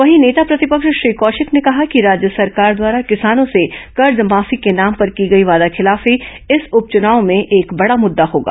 वहीं नेता प्रतिपक्ष श्री कौशिक ने कहा कि राज्य सरकार द्वारा किसानों से कर्जमाफी के नाम पर की गई वादाखिलाफी इस उपचनाव में एक बडा मृद्दा होगा